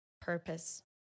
purpose